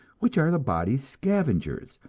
which are the body's scavengers,